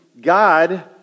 God